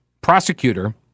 prosecutor